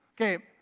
okay